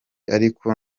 ariko